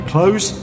Close